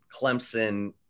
Clemson